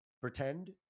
pretend